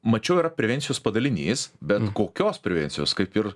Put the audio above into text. mačiau yra prevencijos padalinys bent kokios prevencijos kaip ir